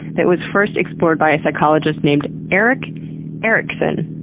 that was first explored by a psychologist named erik erikson.